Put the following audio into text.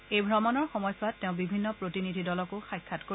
এই ভ্ৰমণৰ সময়ছোৱাত তেওঁ বিভিন্ন প্ৰতিনিধি দলকো সাক্ষাৎ কৰিব